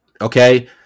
Okay